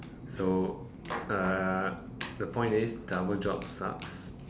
so uh the point is double jobs sucks